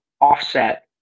offset